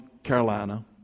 Carolina